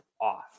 off